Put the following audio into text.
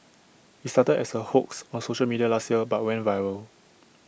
IT started as A hoax on social media last year but went viral